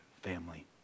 family